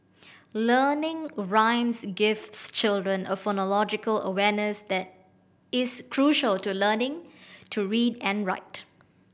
learning rhymes gives children a phonological awareness that is crucial to learning to read and write